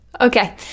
Okay